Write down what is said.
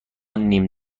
نیم